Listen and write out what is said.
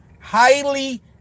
Highly